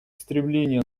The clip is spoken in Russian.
стремление